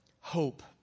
hope